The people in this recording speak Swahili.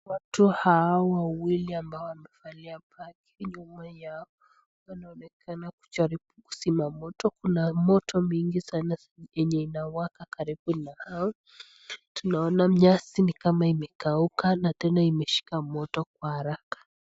Watu hawa wawili ambao wamevalia kitu nyuma yao, wanaonekana kujaribu kuzima moto. Kuna moto mingi sana yenye inawaka karibu na hao. Tunaona nyasi ni kama imekauka na tena imeshika moto kwa haraka.